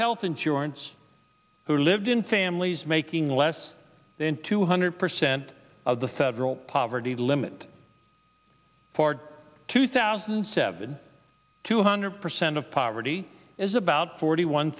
health insurance who lived in families making less than two hundred percent of the federal poverty limit for two thousand and seven two hundred percent of poverty is about forty one